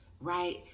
right